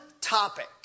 topic